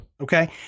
Okay